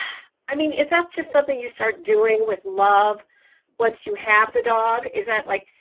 i mean, is that just something you start doing with love once you have the dog? is that like,